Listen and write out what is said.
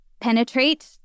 penetrate